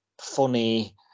funny